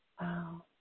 Wow